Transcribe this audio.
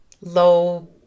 low